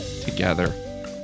together